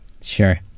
Sure